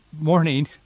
morning